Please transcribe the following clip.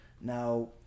Now